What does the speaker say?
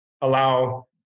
allow